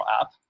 app